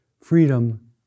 freedom